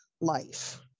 life